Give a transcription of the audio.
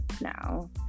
now